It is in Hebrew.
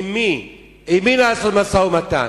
עם מי לעשות משא-ומתן?